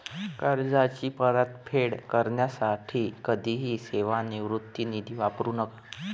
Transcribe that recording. कर्जाची परतफेड करण्यासाठी कधीही सेवानिवृत्ती निधी वापरू नका